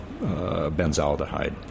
benzaldehyde